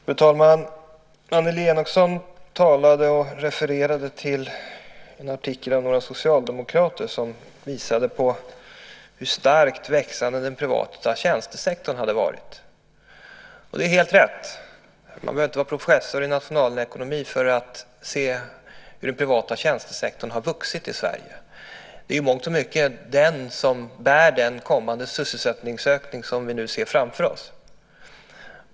Fru talman! Annelie Enochson talade om och refererade till en artikel av några socialdemokrater som visade hur starkt växande den privata tjänstesektorn hade varit. Det är helt rätt. Man behöver inte vara professor i nationalekonomi för att se hur den privata tjänstesektorn har vuxit i Sverige. Det är i mångt och mycket den som bär den kommande sysselsättningsökning som vi nu ser framför oss.